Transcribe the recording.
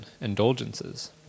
indulgences